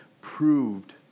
proved